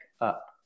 up